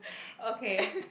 okay